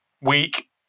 week